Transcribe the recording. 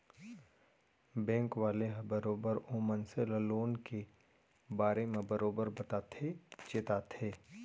bank वाले ह बरोबर ओ मनसे ल लोन के बारे म बरोबर बताथे चेताथे